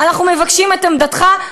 אנחנו מבקשים את עמדתך,